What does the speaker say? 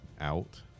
out